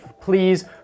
please